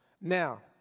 Now